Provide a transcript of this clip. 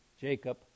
Jacob